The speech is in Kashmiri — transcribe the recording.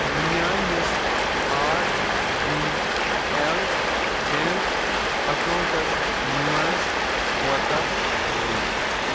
میٛانِس R B L bank accounts منٛز کوتاہ روٗد